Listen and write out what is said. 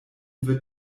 wird